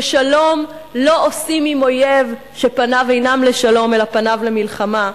ששלום לא עושים עם אויב שפניו אינם לשלום אלא פניו למלחמה,